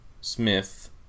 Smith